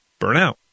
burnout